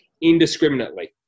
indiscriminately